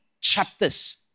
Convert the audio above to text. chapters